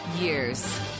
years